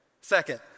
Second